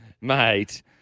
Mate